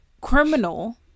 criminal